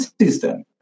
system